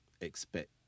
expect